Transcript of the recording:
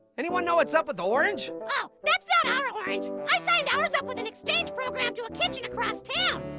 anyone know what's up with orange? oh, that's not our orange. i signed ours up with an exchange program to a kitchen across town.